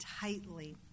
tightly